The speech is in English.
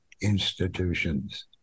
institutions